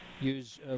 use